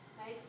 Nice